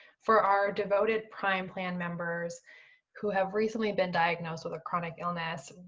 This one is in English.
for our devoted prime plan members who have recently been diagnosed with a chronic illness,